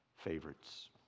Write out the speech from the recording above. favorites